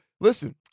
listen